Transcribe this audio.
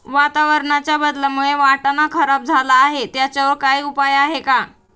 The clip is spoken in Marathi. वातावरणाच्या बदलामुळे वाटाणा खराब झाला आहे त्याच्यावर काय उपाय आहे का?